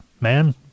Man